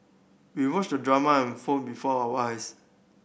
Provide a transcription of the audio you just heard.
we watched the drama unfold before our eyes